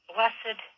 Blessed